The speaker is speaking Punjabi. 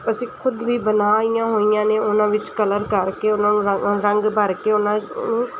ਅਸੀਂ ਖੁਦ ਵੀ ਬਣਾਈਆਂ ਹੋਈਆਂ ਨੇ ਉਹਨਾਂ ਵਿੱਚ ਕਲਰ ਕਰਕੇ ਉਹਨਾਂ ਨੂੰ ਰੰਗ ਰੰਗ ਭਰ ਕੇ ਉਹਨਾਂ ਨੂੰ